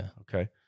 Okay